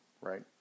right